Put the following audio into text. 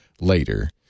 later